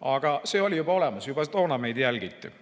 Aga see oli juba olemas, juba toona meid jälgiti.